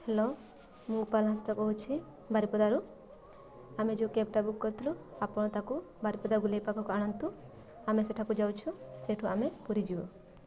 hello ମୁଁ ଉପନାସ୍ଥା କହୁଛି ବାରିପଦାରୁ ଆମେ ଯେଉଁ କ୍ୟାବ୍ଟା ବୁକ୍ କରିଥିଲୁ ଆପଣ ତାକୁ ବାରିପଦା ଗୁଲେଇ ପାଖକୁ ଆଣନ୍ତୁ ଆମେ ସେଠାକୁ ଯାଉଛୁ ସେଇଠୁ ଆମେ ପୁରୀ ଯିବୁ